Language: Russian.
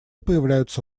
появляются